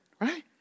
right